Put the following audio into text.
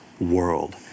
world